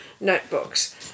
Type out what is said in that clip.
notebooks